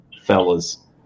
fellas